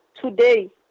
today